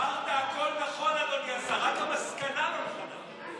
אמרת הכול נכון, רק המסקנה לא נכונה.